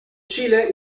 chile